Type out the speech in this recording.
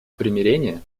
примирения